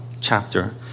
chapter